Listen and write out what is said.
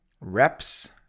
reps